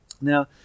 Now